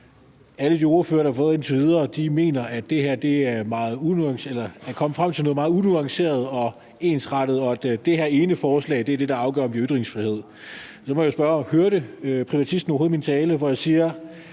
alle de ordførere, der har været indtil videre, er kommet frem til noget meget unuanceret og ensrettet, og at det her ene forslag er det, der afgør, om vi har ytringsfrihed. Så må jeg spørge: Hørte privatisten overhovedet min tale, hvor jeg siger,